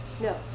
No